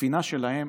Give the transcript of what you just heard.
הספינה שלהם